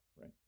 right